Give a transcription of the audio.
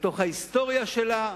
לתוך ההיסטוריה שלה,